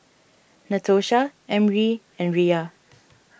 Natosha Emry and Riya